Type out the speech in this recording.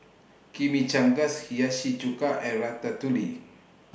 Chimichangas Hiyashi Chuka and Ratatouille